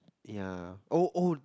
ya oh oh